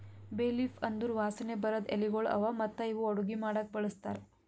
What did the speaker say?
ಬೇ ಲೀಫ್ ಅಂದುರ್ ವಾಸನೆ ಬರದ್ ಎಲಿಗೊಳ್ ಅವಾ ಮತ್ತ ಇವು ಅಡುಗಿ ಮಾಡಾಕು ಬಳಸ್ತಾರ್